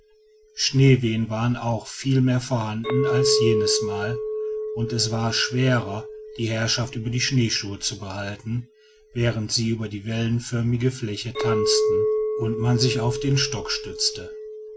schneewehen waren auch viel mehr vorhanden als jenes mal und es war schwer die herrschaft über die schneeschuhe zu behalten während sie über die wellenförmige fläche tanzten und man sich auf den stock stützte